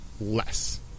less